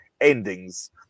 endings